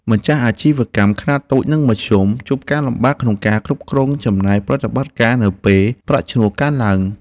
ម្ចាស់អាជីវកម្មខ្នាតតូច និងមធ្យមជួបការលំបាកក្នុងការគ្រប់គ្រងចំណាយប្រតិបត្តិការនៅពេលប្រាក់ឈ្នួលកើនឡើង។